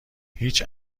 هیچ